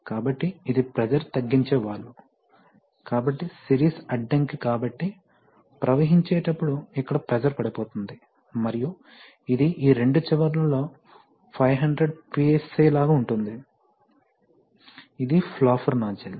కాబట్టి ఇది ప్రెషర్ తగ్గించే వాల్వ్ కాబట్టి సిరీస్ అడ్డంకి కాబట్టి ప్రవహించేటప్పుడు ఇక్కడ ప్రెషర్ పడిపోతుంది మరియు ఇది ఈ రెండు చివర్లలో 500 pSI లాగా ఉంటుంది ఇది ఫ్లాపర్ నాజిల్